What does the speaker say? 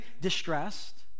distressed